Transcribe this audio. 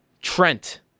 Trent